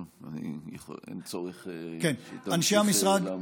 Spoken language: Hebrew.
לא, אין צורך שהיא תמשיך לעמוד.